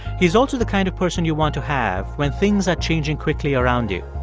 he's also the kind of person you want to have when things are changing quickly around you.